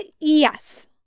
yes